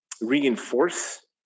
reinforce